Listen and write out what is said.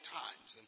times